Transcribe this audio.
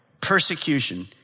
persecution